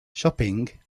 shopping